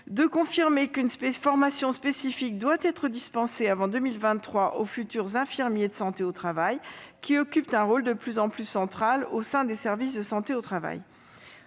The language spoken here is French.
confirme qu'une formation spécifique doit être dispensée avant 2023 aux futurs infirmiers de santé au travail, qui occupent un rôle de plus en plus central au sein des services de santé au travail.